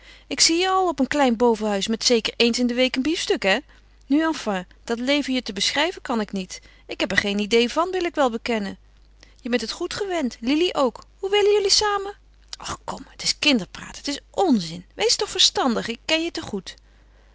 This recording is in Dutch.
ik zie je al op een klein bovenhuis met zeker eens in de week een biefstuk hè nu enfin dat leven je te beschrijven kan ik niet ik heb er geen idee van wil ik wel bekennen je bent het goed gewend lili ook hoe willen jullie samen och kom het is kinderpraat het is onzin wees toch verstandig ik ken je